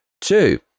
Two